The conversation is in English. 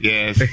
Yes